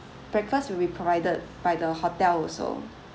breakfast will be provided by the hotel also